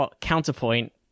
counterpoint